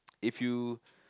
if you